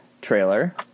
trailer